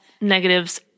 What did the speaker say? negatives